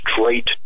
straight